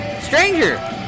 Stranger